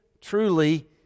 truly